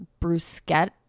bruschetta